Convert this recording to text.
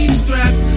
strapped